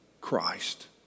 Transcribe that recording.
Christ